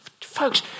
folks